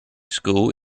school